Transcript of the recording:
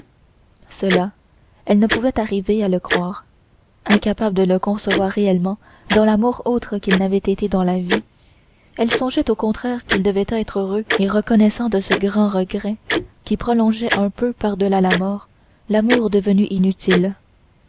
cela elle ne pouvait arriver à le croire incapable de le concevoir réellement dans la mort autre qu'il avait été dans la vie elle songeait au contraire qu'il devait être heureux et reconnaissant de ce grand regret qui prolongeait un peu par-delà la mort l'amour devenu inutile